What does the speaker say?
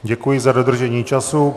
Děkuji za dodržení času.